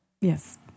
Yes